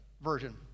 version